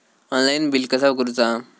Online bill कसा करुचा?